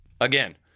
Again